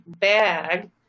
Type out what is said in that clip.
bag